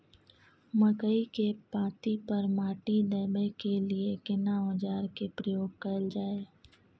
मकई के पाँति पर माटी देबै के लिए केना औजार के प्रयोग कैल जाय?